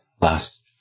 last